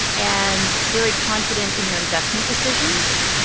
and very confident in their investment decisions.